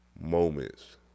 moments